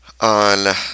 on